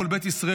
כל בית ישראל,